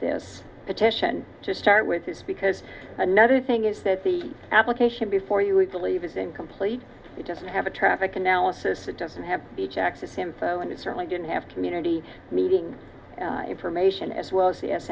this petition to start with is because another thing is that the application before you would believe is incomplete it doesn't have a traffic analysis it doesn't have beach access him so and it certainly didn't have community meeting information as well as